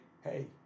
hey